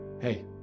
Hey